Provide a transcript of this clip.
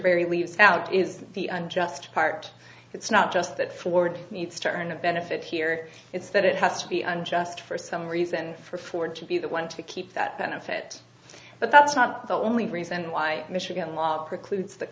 perry leaves out is the unjust part it's not just that ford needs to earn a benefit here it's that it has to be unjust for some reason for ford to be the one to keep that benefit but that's not the only reason why michigan law precludes th